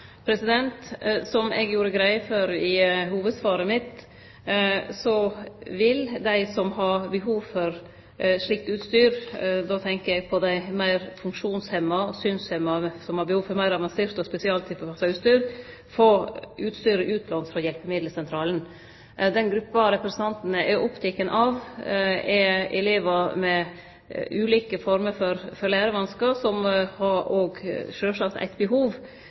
Som eg gjorde greie for i hovudsvaret mitt, vil dei som har behov for slikt utstyr – då tenkjer eg på dei meir funksjonshemma og synshemma som har behov for meir avansert og spesialtilpassa utstyr – få låne utstyr frå Hjelpemiddelsentralen. Den gruppa representanten er oppteken av, er elevar med ulike former for lærevanskar som sjølvsagt òg har eit behov, men som ikkje har behov